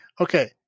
Okay